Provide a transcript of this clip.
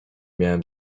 miałem